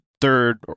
third